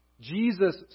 Jesus